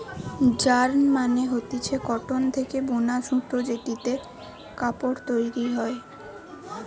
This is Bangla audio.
যার্ন মানে হতিছে কটন থেকে বুনা সুতো জেটিতে কাপড় তৈরী হয়